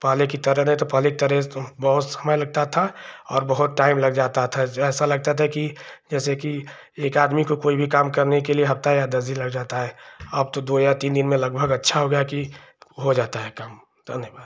पहले की तरह नहीं तो पहले की तरह बहुत समय लगता था और बहुत टाइम लग जाता था ऐसा लगता था कि जैसे की एक आदमी को कोई भी काम करने के लिए हफ़्ता या दस दिन लग जाता है अब तो दो या तीन दिन में लगभग अच्छा हो गया कि हो जाता है काम धन्यवाद